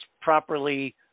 properly